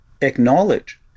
acknowledge